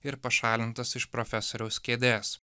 ir pašalintas iš profesoriaus kėdės